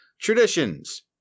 Traditions